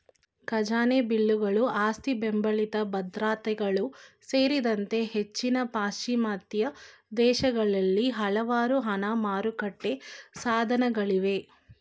ಖಜಾನೆ ಬಿಲ್ಲುಗಳು ಆಸ್ತಿಬೆಂಬಲಿತ ಭದ್ರತೆಗಳು ಸೇರಿದಂತೆ ಹೆಚ್ಚಿನ ಪಾಶ್ಚಿಮಾತ್ಯ ದೇಶಗಳಲ್ಲಿ ಹಲವಾರು ಹಣ ಮಾರುಕಟ್ಟೆ ಸಾಧನಗಳಿವೆ